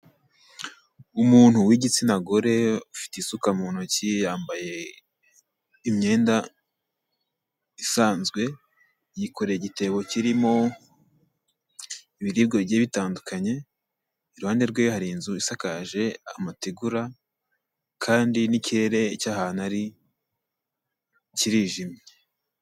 Umuntu w'igitsina gore ufite isuka mu ntoki, yambaye imyenda isanzwe, yikoreye igitebo kirimo ibiribwa bigiye bitandukanye, iruhande rwe hari inzu isakaje amategura, kandi n'ikirere cy'ahantu ari kirijimye.